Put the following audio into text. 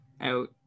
out